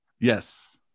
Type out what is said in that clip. Yes